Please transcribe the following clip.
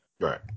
right